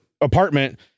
apartment